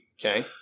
Okay